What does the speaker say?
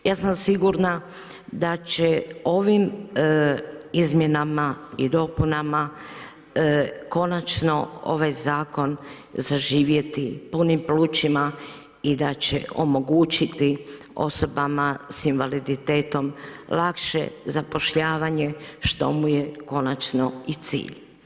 Ja sam sigurna da će ovim izmjenama i dopunama konačno ovaj zakon zaživjeti punim plućima i da će omogućiti osobama sa invaliditetom lakše zapošljavanje što mu je konačno i cilj.